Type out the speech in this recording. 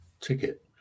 ticket